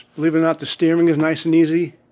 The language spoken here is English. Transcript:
believe it or not the steering is nice and easy.